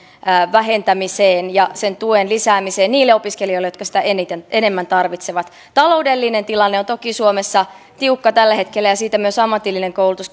vähentämiseksi ja sen tuen lisäämiseksi niille opiskelijoille jotka sitä enemmän tarvitsevat taloudellinen tilanne on toki suomessa tiukka tällä hetkellä ja siitä myös ammatillinen koulutus